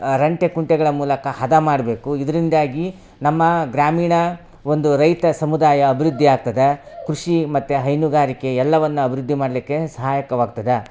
ರಂಟೆ ಕುಂಟೆಗಳ ಮೂಲಕ ಹದ ಮಾಡಬೇಕು ಇದರಿಂದಾಗಿ ನಮ್ಮ ಗ್ರಾಮೀಣ ಒಂದು ರೈತ ಸಮುದಾಯ ಅಭಿವೃದ್ದಿ ಆಗ್ತದೆ ಕೃಷಿ ಮತ್ತು ಹೈನುಗಾರಿಕೆ ಎಲ್ಲವನ್ನು ಅಭಿವೃದ್ದಿ ಮಾಡ್ಲಿಕ್ಕೆ ಸಹಾಯಕವಾಗ್ತದೆ